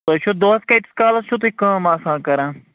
تۄہہِ چھُ دۄہس کَتِس کالس چھُ تُہۍ کٲم آسان کران